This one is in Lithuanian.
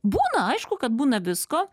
būna aišku kad būna visko